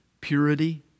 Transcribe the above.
purity